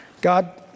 God